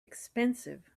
expensive